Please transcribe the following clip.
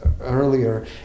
earlier